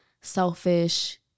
selfish